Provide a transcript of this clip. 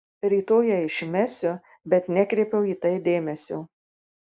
rytoj ją išmesiu bet nekreipiau į tai dėmesio